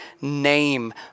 name